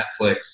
Netflix